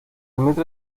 metro